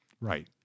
Right